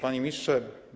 Panie Ministrze!